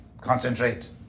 Concentrate